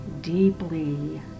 deeply